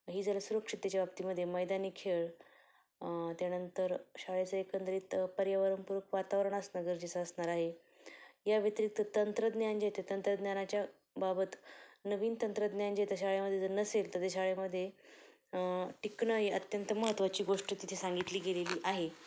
ही जरा सुरक्षिततेच्या बाबतीमध्ये मैदानी खेळ त्यानंतर शाळेचं एकंदरीत पर्यावरणपूरक वातावरण असणं गरजेचं असणार आहे या व्यतिरिक्त तंत्रज्ञान जेे ते तंत्रज्ञानाच्या बाबत नवीन तंत्रज्ञान जेे त्या शाळेमध्येे जर नसेल तर त्या शाळेमध्ये टिकणं ही अत्यंत महत्त्वाची गोष्ट तिथे सांगितली गेलेली आहे